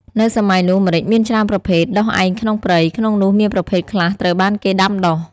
នៅសម័យនោះម្រេចមានច្រើនប្រភេទ ដុះឯងក្នុងព្រៃ ក្នុងនោះមានប្រភេទខ្លះត្រូវបានគេដាំដុះ។